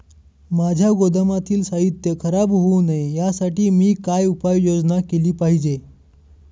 माझ्या गोदामातील साहित्य खराब होऊ नये यासाठी मी काय उपाय योजना केली पाहिजे?